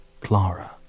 Clara